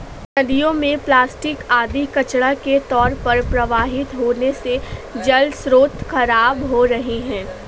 नदियों में प्लास्टिक आदि कचड़ा के तौर पर प्रवाहित होने से जलस्रोत खराब हो रहे हैं